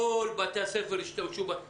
כל בתי הספר השתמשו במכרז הזה.